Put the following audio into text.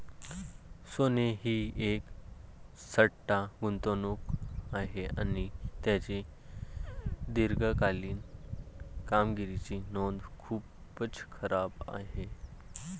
सोने ही एक सट्टा गुंतवणूक आहे आणि त्याची दीर्घकालीन कामगिरीची नोंद खूपच खराब आहे